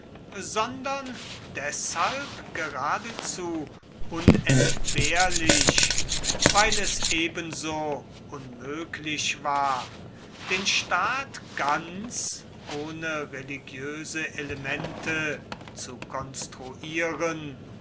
sondern deshalb geradezu unentbehrlich weil es ebenso unmöglich war den staat ganz ohne religiöse elemente zu konstruieren